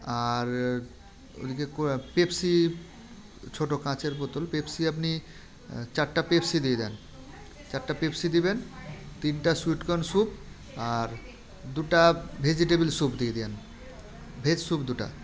আর ওদিকে কোন পেপসি ছোটো কাঁচের বোতল পেপসি আপনি চারটে পেপসি দিয়ে দেন চারটা পেপসি দেবেন তিনটে সুইট কর্ন স্যুপ আর দুটো ভেজিটেবেল স্যুপ দিয়ে দেন ভেজ স্যুপ দুটা